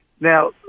Now